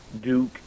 Duke